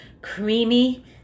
creamy